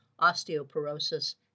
osteoporosis